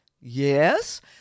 yes